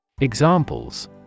Examples